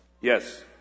Yes